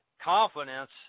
confidence